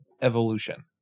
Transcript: evolution